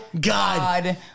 God